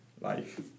life